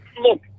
Look